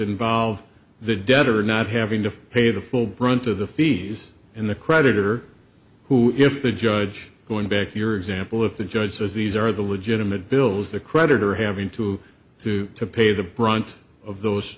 involve the debtor not having to pay the full brunt of the fees in the creditor who if the judge going back to your example if the judge says these are the legitimate bills the creditor having to do to pay the brunt of